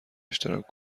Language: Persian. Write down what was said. اشتراک